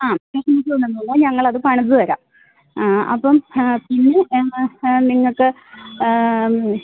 ആ ഡിസൈൻസ് കൊണ്ട് വന്നാൽ ഞങ്ങളത് പണിത് തരാം ആ അപ്പം ഹാ പിന്നെ എന്നാ നിങ്ങൾക്ക് അന്ന് ഈ